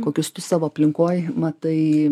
kokius tu savo aplinkoj matai